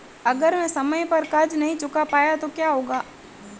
अगर मैं समय पर कर्ज़ नहीं चुका पाया तो क्या होगा?